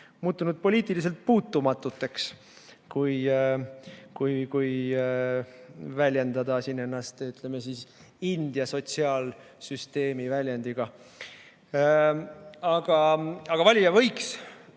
poliitiliselt puutumatuteks, kui väljendada ennast India sotsiaalsüsteemi väljendiga. Aga valija võiks